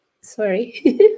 Sorry